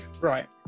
Right